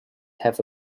have